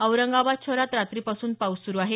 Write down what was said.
औरंगाबाद शहरात रात्रीपासून पाऊस सुरु आहे